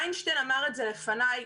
איינשטיין אמר את זה לפניי,